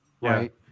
right